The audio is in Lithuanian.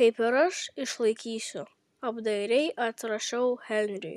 kaip ir aš išlaikysiu apdairiai atrašau henriui